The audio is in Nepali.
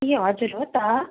ए हजुर हो त